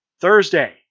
Thursday